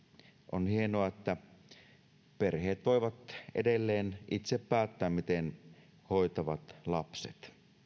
on hienoa että perheet voivat edelleen itse päättää miten hoitavat lapset